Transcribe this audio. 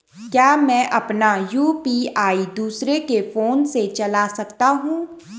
क्या मैं अपना यु.पी.आई दूसरे के फोन से चला सकता हूँ?